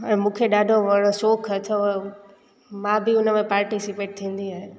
ऐं मूंखे ॾाढो वणु सोख अथव मां बि उनमें पार्टिसिपेट थींदी आहियां